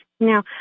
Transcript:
Now